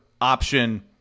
option